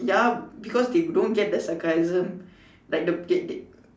yup because they don't get the sarcasm like the okay they